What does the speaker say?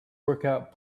workout